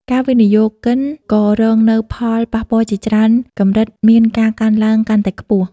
ការវិនិយោគិនក៏រងនូវផលប៉ះពាល់ជាច្រើនកម្រិតមានការកើនឡើងកាន់តែខ្ពស់ ។